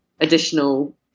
additional